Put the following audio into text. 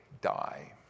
die